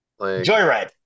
Joyride